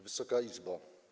Wysoka Izbo!